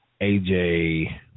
AJ